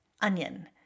Onion